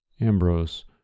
Ambrose